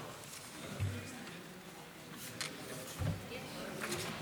דן אילוז, אינו נוכח.